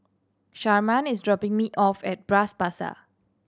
Sharman is dropping me off at Bras Basah